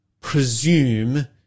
presume